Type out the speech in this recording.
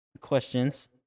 questions